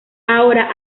ahora